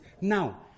Now